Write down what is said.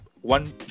one